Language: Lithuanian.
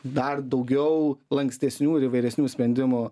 dar daugiau lankstesnių ir įvairesnių sprendimų